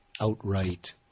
outright